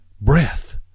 breath